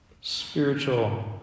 Spiritual